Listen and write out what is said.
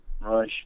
Rush